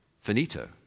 finito